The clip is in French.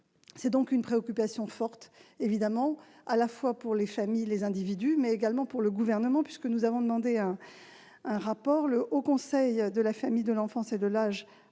conséquent d'une préoccupation forte à la fois pour les familles et les individus, mais également pour le Gouvernement, puisque nous avons demandé un rapport. Le Haut Conseil de la famille, de l'enfance et de l'âge